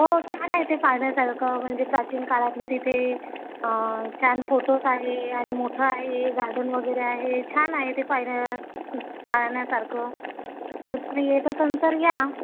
हो छान आहे ते पाहण्यासारखं म्हणजे प्राचीन काळातले तिथे छान फोटोज आहे आणि मोठं आहे गार्डन वगैरे आहे छान आहे ते पाहण्या पाहण्यासारखं तर तुम्ही येत असाल तर या